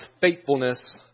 Faithfulness